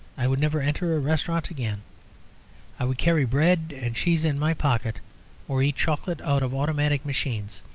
i would never enter a restaurant again i would carry bread and cheese in my pocket or eat chocolate out of automatic machines.